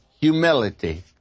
humility